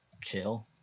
chill